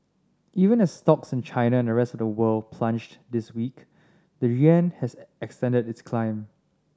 even as stocks in China and the rest of the world plunged this week the yuan has extended its climb